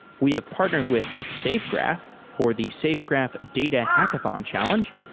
we have partnered with safegraph for the safegraph data hackathon challenge.